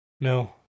No